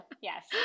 yes